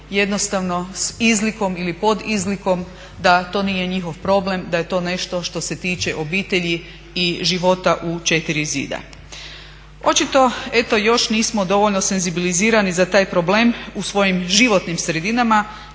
jednostavno s izlikom ili pod izlikom da to nije njihov problem, da je to nešto što se tiče obitelji i života u 4 zida. Očito eto još nismo dovoljno senzibilizirani za taj problem u svojim životnim sredinama